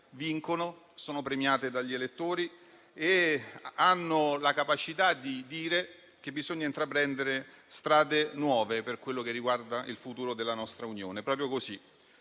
vincono, sono premiate dagli elettori e hanno la capacità di dire che bisogna intraprendere strade nuove per quello che riguarda il futuro della nostra Unione.